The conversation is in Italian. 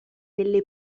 nelle